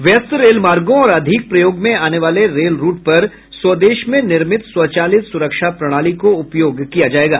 व्यस्त रेल मार्गों और अधिक प्रयोग में आने वाले रेल रूट पर स्वेदश में निर्मित स्वचालित सुरक्षा प्रणाली का उपयोग किया जायेगा